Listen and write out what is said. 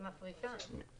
היא מפרישה.